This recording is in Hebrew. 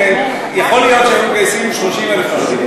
יכול להיות שהיו מגייסים 30,000 חרדים,